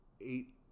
eight